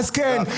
אז כן,